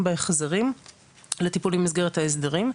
מהחזרים לטיפולים במסגרת ההחזרים.